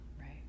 Right